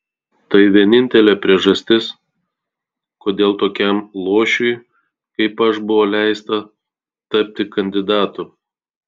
tai vienintelė priežastis kodėl tokiam luošiui kaip aš buvo leista tapti kandidatu